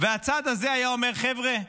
אם הצד הזה היה אומר: חבר'ה,